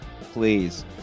Please